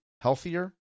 healthier